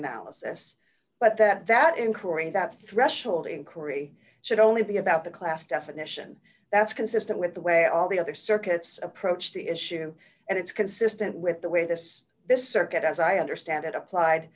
analysis but that that inquiry that threshold inquiry should only be about the class definition that's consistent with the way all the other circuits approached the issue and it's consistent with the way this this circuit as i understand it applied